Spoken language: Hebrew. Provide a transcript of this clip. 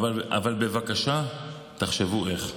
אבל בבקשה תחשבו איך.